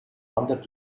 wandert